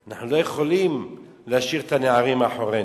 אנחנו לא יכולים להשאיר את הנערים מאחורינו,